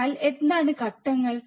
അതിനാൽ എന്താണ് ഘട്ടങ്ങൾ